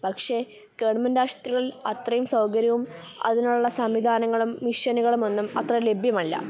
പക്ഷേ ഗവണ്മെൻറ് ആശുപത്രികളിൽ അത്രയും സൗകര്യവും അതിനുള്ള സംവിധാനങ്ങളും മെഷീനുകളൊന്നും അത്ര ലഭ്യമല്ല